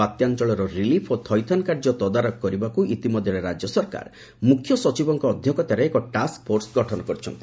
ବାତ୍ୟାଞ୍ଚଳର relief ଓ ଥଇଥାନ କାର୍ଯ୍ୟ ତଦାରଖ କରିବାକୁ ଇତିମଧ୍ୟରେ ରାଜ୍ୟ ସରକାର ମୁଖ୍ୟସଚିବଙ୍କ ଅଧ୍ୟକ୍ଷତାରେ ଏକ ଟାସ୍କଫୋର୍ସ ଗଠନ କରିଛନ୍ତି